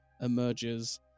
emerges